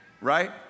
right